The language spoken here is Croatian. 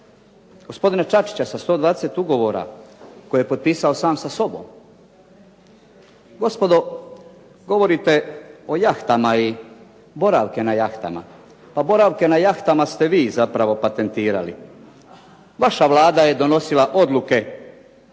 gospodina Čačića sa 120 ugovora koje je potpisao sam sa sobom. Gospodo, govorite o jahtama i boravke na jahtama. Pa boravke na jahtama ste vi zapravo patentirali. Vaša Vlada je donosila odluke